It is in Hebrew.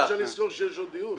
אתה חושב שאני אזכור שיש עוד דיון?